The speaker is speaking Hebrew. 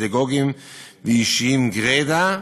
פדגוגיים ואישיים גרידא,